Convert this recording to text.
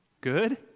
Good